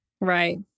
Right